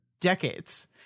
decades